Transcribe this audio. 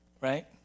right